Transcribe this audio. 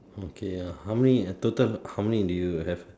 okay ah how many total how many do you have